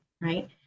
right